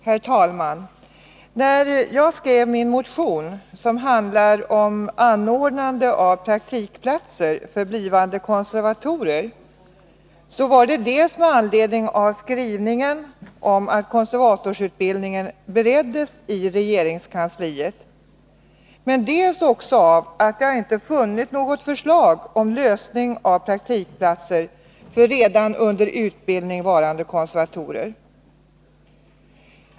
Herr talman! När jag skrev min motion, som handlar om anordnande av praktikplatser för blivande konservatorer, så var det dels med anledning av skrivningen om att konservatorsutbildningen bereddes i regeringskansliet, dels därför att jag inte funnit något förslag om lösning av praktikplatser för redan under utbildning varande konservatorer.